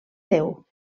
déu